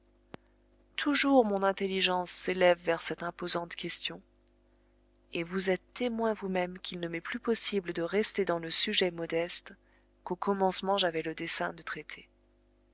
toujours mon intelligence s'élève vers cette imposante question et vous êtes témoin vous-même qu'il ne m'est plus possible de rester dans le sujet modeste qu'au commencement j'avais le dessein de traiter